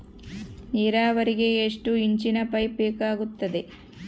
ನೇರಾವರಿಗೆ ಎಷ್ಟು ಇಂಚಿನ ಪೈಪ್ ಬೇಕಾಗುತ್ತದೆ?